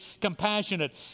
compassionate